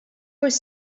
was